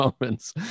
moments